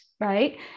Right